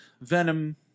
Venom